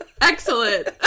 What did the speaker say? Excellent